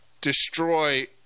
destroy